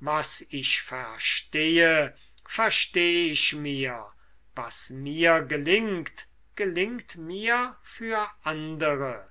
was ich verstehe versteh ich mir was mir gelingt gelingt mir für andere